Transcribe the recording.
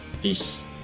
Peace